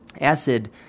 Acid